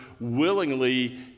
willingly